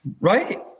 Right